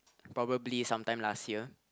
probably some time last year